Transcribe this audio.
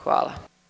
Hvala.